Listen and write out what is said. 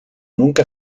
nunca